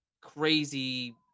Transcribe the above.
crazy